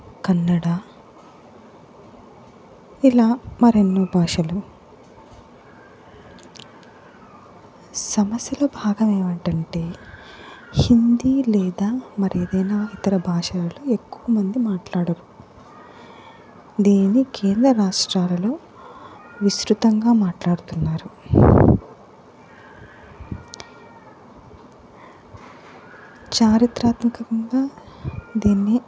కన్నడ ఇలా మరెన్నో భాషలు సమస్యలో భాగం ఏంటంటే హిందీ లేదా మరి ఏదైనా ఇతర భాషలు ఎక్కువ మంది మాట్లాడం దీన్ని కేంద్ర రాష్ట్రాలలో విస్తృతంగా మాట్లాడుతున్నారు చారిత్రాత్మకంగా దీన్ని